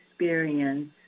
experience